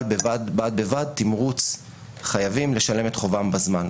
אבל בד ובבד תמרוץ חייבים לשלם את חובם בזמן,